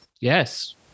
Yes